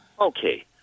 Okay